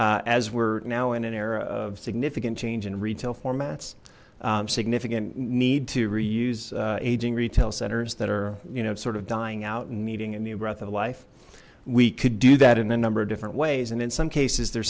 in as we're now in an era of significant change in retail formats significant need to reuse aging retail centers that are you know sort of dying out and meeting a new breath of life we could do that in a number of different ways and in some cases the